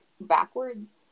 backwards